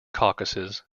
caucuses